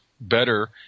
better